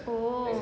oh